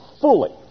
fully